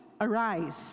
arise